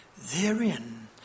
therein